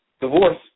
divorce